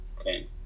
Okay